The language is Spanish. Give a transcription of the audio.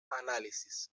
análisis